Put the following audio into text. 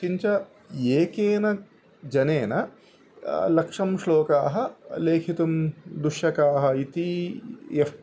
किञ्च एकेन जनेन लक्षं श्लोकाः लेखितुं दुश्शकाः इति यः